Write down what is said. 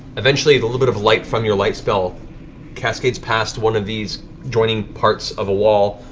eventually, the little bit of light from your light spell cascades past one of these joining parts of a wall,